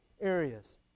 areas